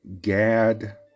Gad